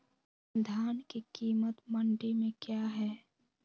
धान के कीमत मंडी में क्या है?